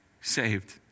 saved